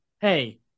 hey